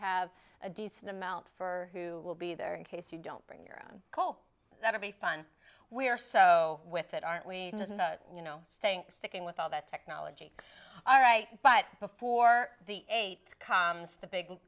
have a decent amount for who will be there in case you don't bring your own coal that would be fun we are so with it aren't we you know staying sticking with all that technology all right but before the eight comes the big